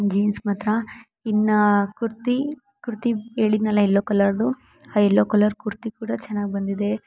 jeans ಮಾತ್ರ ಇನ್ನು ಕುರ್ತಿ ಕುರ್ತಿ ಹೇಳಿದ್ನಲ್ಲ ಎಲ್ಲೋ ಕಲರು ಆ ಎಲ್ಲೋ ಕಲರ್ ಕುರ್ತಿ ಕೂಡ ಚೆನ್ನಾಗಿ ಬಂದಿದೆ